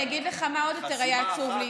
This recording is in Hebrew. אני אגיד לך מה עוד יותר היה עצוב לי.